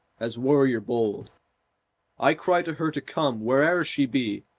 as warrior bold i cry to her to come, where'er she be,